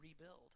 rebuild